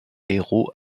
héros